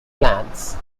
plans